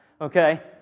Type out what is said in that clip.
Okay